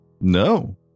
No